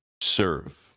serve